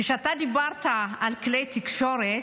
כשאתה דיברת על כלי התקשורת,